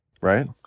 right